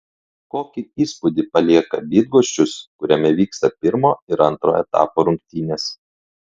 kokį įspūdį palieka bydgoščius kuriame vyksta pirmo ir antro etapo rungtynės